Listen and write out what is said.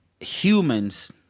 humans